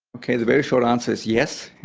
ok, the very short answer is yes,